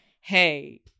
hey